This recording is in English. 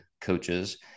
coaches